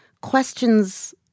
questions